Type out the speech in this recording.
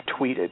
tweeted